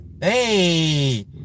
Hey